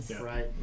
Right